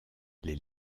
les